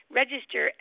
register